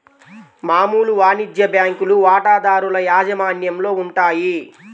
మామూలు వాణిజ్య బ్యాంకులు వాటాదారుల యాజమాన్యంలో ఉంటాయి